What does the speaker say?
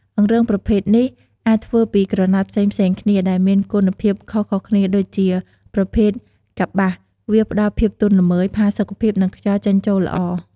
អង្រឹងប្រភេទនេះ អាចធ្វើពីក្រណាត់ផ្សេងៗគ្នា ដែលមានគុណភាពខុសៗគ្នា ដូចជា ប្រភេទកប្បាសវាផ្ដល់ភាពទន់ល្មើយ ផាសុកភាព និងខ្យល់ចេញចូលល្អ។